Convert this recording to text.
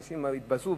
אנשים התבזו,